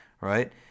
right